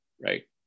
right